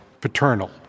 paternal